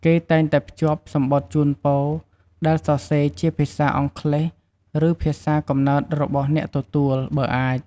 គេតែងតែភ្ជាប់ សំបុត្រជូនពរ ដែលសរសេរជាភាសាអង់គ្លេស ឬភាសាកំណើតរបស់អ្នកទទួល បើអាច។